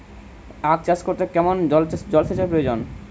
আখ চাষ করতে কেমন জলসেচের প্রয়োজন?